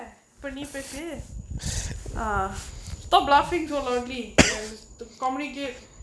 இப்ப நீ பேசு:ippa nee pesu ah stop laughing so loudly and this communicate